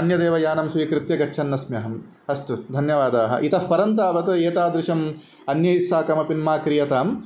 अन्यदेव यानं स्वीकृत्य गच्छन्नस्मि अहम् अस्तु धन्यवादाः इतः परं तावत् एतादृशम् अन्यैस्साकमपि मा क्रियताम्